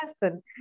person